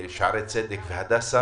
שערי צדק והדסה